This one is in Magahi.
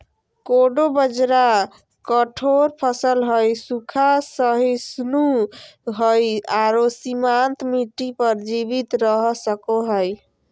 कोडो बाजरा कठोर फसल हइ, सूखा, सहिष्णु हइ आरो सीमांत मिट्टी पर जीवित रह सको हइ